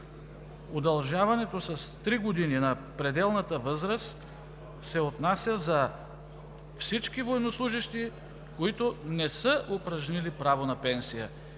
Удължаването с три години на пределната възраст се отнася за всички военнослужещи, които не са упражнили правото си на пенсия.